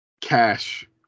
Cash